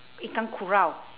ikan kurau